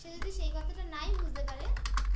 সে যদি সেই কথাটা নাই বুঝতে পারে